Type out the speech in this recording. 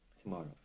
tomorrow